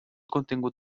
contingut